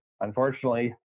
unfortunately